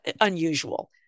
unusual